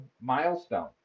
milestone